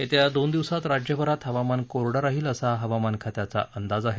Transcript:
येत्या दोन दिवसात राज्यभरात हवामान कोरडं राहिल असा हवामान खात्याचा अंदाज आहे